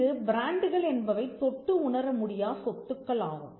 இங்கு பிராண்டுகள் என்பவை தொட்டு உணர முடியா சொத்துக்கள் ஆகும்